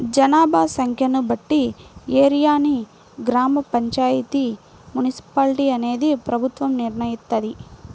జనాభా సంఖ్యను బట్టి ఏరియాని గ్రామ పంచాయితీ, మున్సిపాలిటీ అనేది ప్రభుత్వం నిర్ణయిత్తది